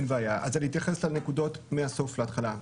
אין בעיה, אז אני אתייחס לנקודות מהסוף להתחלה.